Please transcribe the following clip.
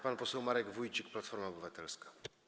Pan poseł Marek Wójcik, Platforma Obywatelska.